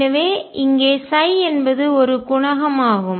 எனவே இங்கே ψ என்பது ஒரு குணகம் ஆகும்